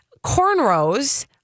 cornrows